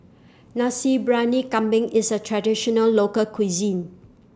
Nasi Briyani Kambing IS A Traditional Local Cuisine